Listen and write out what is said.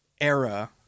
era